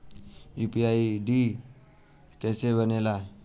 UPI ID कैसे बनेला?